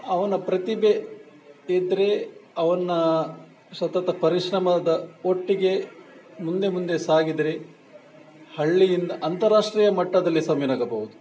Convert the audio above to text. ಅವನ ಪ್ರತಿಭೆ ಇದ್ದರೆ ಅವನ್ನ ಸತತ ಪರಿಶ್ರಮದ ಒಟ್ಟಿಗೆ ಮುಂದೆ ಮುಂದೆ ಸಾಗಿದರೆ ಹಳ್ಳಿಯಿಂದ ಅಂತಾರಾಷ್ಟ್ರೀಯ ಮಟ್ಟದಲ್ಲಿ ಸಹ ಮಿನುಗಬಹುದು